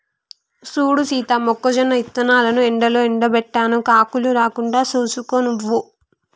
సూడు సీత మొక్కజొన్న ఇత్తనాలను ఎండలో ఎండబెట్టాను కాకులు రాకుండా సూసుకో నువ్వు